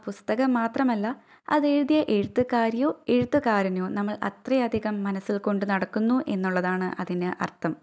പുസ്തകം മാത്രമല്ല അത് എഴുതിയ എഴുത്തുകാരിയോ എഴുത്തുകാരനെയോ നമ്മള് അത്രയധികം മനസ്സില് കൊണ്ടു നടക്കുന്നു എന്നുള്ളതാണ് അതിന് അര്ത്ഥം